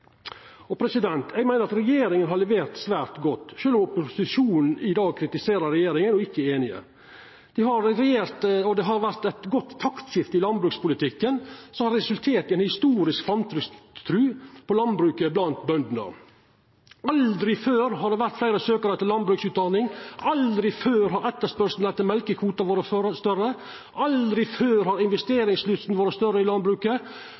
Eg meiner at regjeringa har levert svært godt, sjølv om opposisjonen i dag kritiserer regjeringa og ikkje er einige. Det har vore eit godt taktskifte i landbrukspolitikken, som har resultert i ei historisk framtidstru på landbruket blant bøndene. Aldri før har det vore fleire søkjarar til landbruktsutdanning, aldri før har etterspurnaden etter mjølkekvotar vore større. Aldri før har investeringslysta vore større i landbruket.